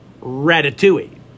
Ratatouille